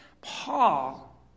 Paul